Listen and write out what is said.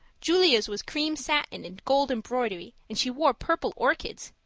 julia's was cream satin and gold embroidery and she wore purple orchids.